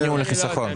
אני לא יודע.